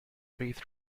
space